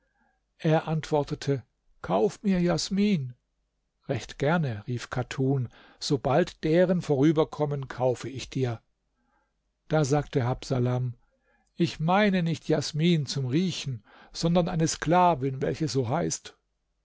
er antwortete kauf mir jasmin recht gerne rief chatun sobald deren vorüberkommen kaufe ich dir da sagte habsalam ich meine nicht jasmin zum riechen sondern eine sklavin welche so heißt